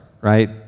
right